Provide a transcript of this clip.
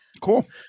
cool